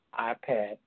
iPad